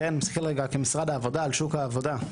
אנחנו משקיעים לשילובם בהייטק,